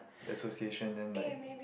the association then like